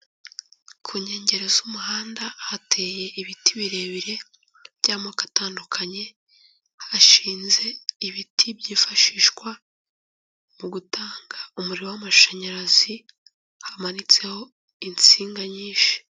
Ku nkengero z'umuhanda hateye ibiti birebire by'amoko atandukanye, hashinze ibiti byifashishwa mu gutanga umuriro w'amashanyarazi, hamanitseho insinga nyinshi.